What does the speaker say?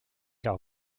leur